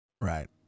Right